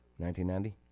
1990